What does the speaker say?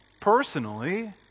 personally